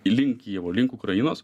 link kijevo link ukrainos